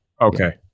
Okay